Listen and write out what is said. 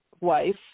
wife